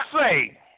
say